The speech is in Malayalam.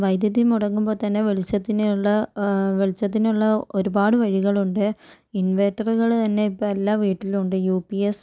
വൈദ്യുതി മുടങ്ങുമ്പോൾ തന്നെ വെളിച്ചത്തിനുള്ള വെളിച്ചത്തിനുള്ള ഒരുപാട് വഴികളുണ്ട് ഇൻവെർട്ടറുകൾ തന്നെ ഇപ്പം എല്ലാ വീട്ടിലും ഉണ്ട് യു പി എസ്